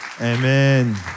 Amen